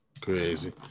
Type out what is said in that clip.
Crazy